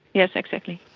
yes, exactly.